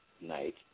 night